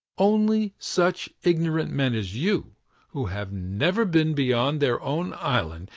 only such ignorant men as you, who have never been beyond their own island,